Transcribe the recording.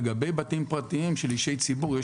לגבי בתים פרטיים של אישי ציבור,